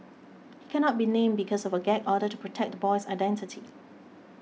he cannot be named because of a gag order to protect the boy's identity